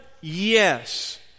Yes